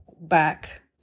back